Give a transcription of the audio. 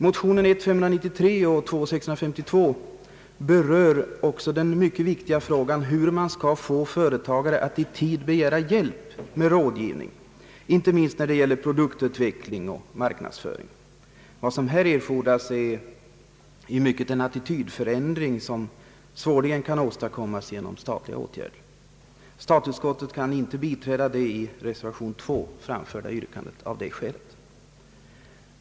Motionerna 1:593 och II: 652 berör också den mycket viktiga frågan hur man skall få företagare att i tid begära hjälp med rådgivning inte minst när det gäller produktutveckling och marknadsföring. Vad som här erfordras är i mycket en attitydförändring som svårligen kan åstadkommas genom statliga åtgärder. Statsutskottet kan av det skälet inte biträda det i reservationen 2 framförda yrkandet.